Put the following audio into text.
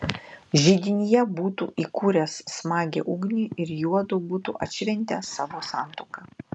židinyje būtų įkūręs smagią ugnį ir juodu būtų atšventę savo santuoką